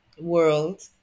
world